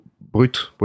brute